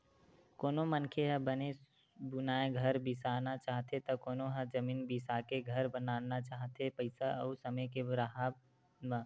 कोनो मनखे ह बने बुनाए घर बिसाना चाहथे त कोनो ह जमीन बिसाके घर बनाना चाहथे पइसा अउ समे के राहब म